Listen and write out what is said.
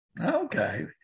Okay